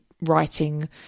writing